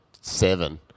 seven